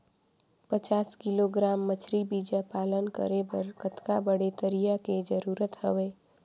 पचास किलोग्राम मछरी बीजा पालन करे बर कतका बड़े तरिया के जरूरत हवय?